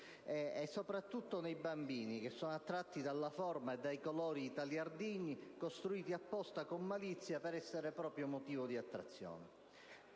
e soprattutto ai bambini, che sono attratti dalla forma e dai colori di tali ordigni, costruiti apposta con malizia per essere motivo di attrazione.